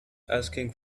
asking